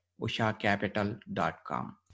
ushacapital.com